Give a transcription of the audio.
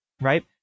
right